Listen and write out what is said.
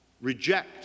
reject